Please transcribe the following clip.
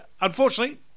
unfortunately